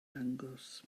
dangos